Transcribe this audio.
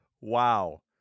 Wow